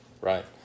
right